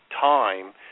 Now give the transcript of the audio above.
time